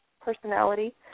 personality